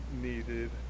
needed